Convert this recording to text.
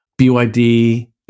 BYD